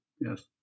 Yes